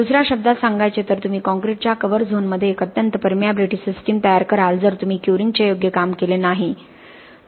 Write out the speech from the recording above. दुस या शब्दात सांगायचे तर तुम्ही काँक्रीटच्या कव्हर झोनमध्ये एक अत्यंत पर्मिंबिलिटी सिस्टीम तयार कराल जर तुम्ही क्युरींगचे योग्य काम केले नाही